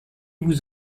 vous